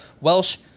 Welsh